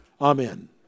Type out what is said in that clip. Amen